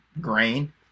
grain